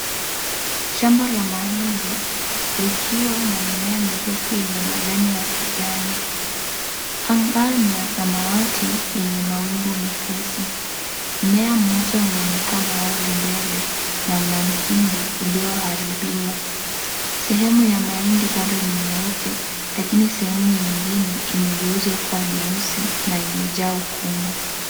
Shamba la mahindi likiwa na mimea mirefu yenye majani ya kijani . Anga ni ya samawati yenye mawingi mepesi . Mmea mmoja unaonekana wazi mbele na una mhindi ulioharibiwa . Sehemu ya mahindi bado ni nyeupe lakini sehemu nyingine imegeuzwa kuwa nyeusi na imejaa ukungu.